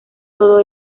todo